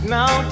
Now